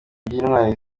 by’intwari